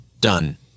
Done